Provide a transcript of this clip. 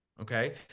Okay